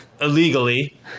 illegally